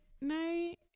night